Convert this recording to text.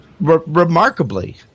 remarkably